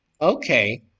Okay